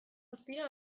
guztira